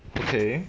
okay